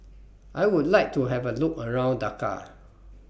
I Would like to Have A Look around Dakar